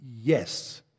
Yes